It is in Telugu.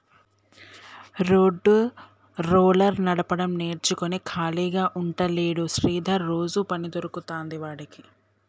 రోడ్డు రోలర్ నడపడం నేర్చుకుని ఖాళీగా ఉంటలేడు శ్రీధర్ రోజు పని దొరుకుతాంది వాడికి